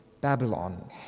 Babylon